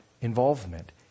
involvement